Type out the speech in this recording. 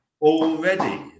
already